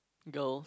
girls